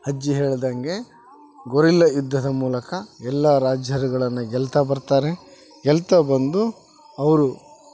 ಅಜ್ಜಿ ಹೇಳ್ದಂಗೆ ಗೋರಿಲ್ಲ ಯುದ್ಧದ ಮೂಲಕ ಎಲ್ಲಾ ರಾಜರುಗಳನ್ನ ಗೆಲ್ತಾ ಬರ್ತಾರೆ ಗೆಲ್ತಾ ಬಂದು ಅವರು